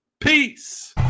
Peace